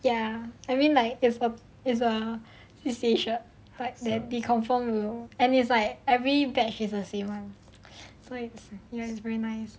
ya I mean like it's a it's a F_O_C shirt right they confirm will and like every batch is the same [one] ya it's very nice